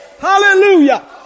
Hallelujah